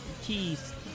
keys